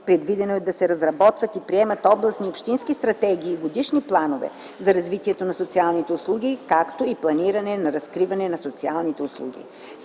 Предвидено е да се разработват и приемат областни и общински стратегии и годишни планове за развитие на социалните услуги, както и планиране на разкриването на социалните услуги.